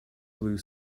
blue